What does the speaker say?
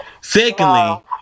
Secondly